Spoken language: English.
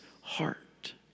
heart